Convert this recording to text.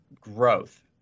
growth